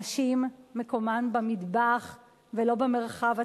נשים מקומן במטבח ולא במרחב הציבורי.